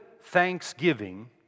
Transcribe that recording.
thanksgiving